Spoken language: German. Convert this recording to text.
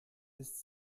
ist